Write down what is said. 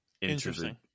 Interesting